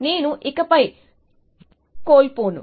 నేను ఇకపై కోల్పోను